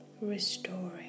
restoring